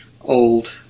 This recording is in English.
old